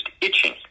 itching